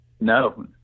No